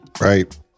Right